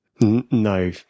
No